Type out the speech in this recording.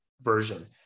version